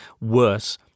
worse